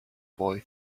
boy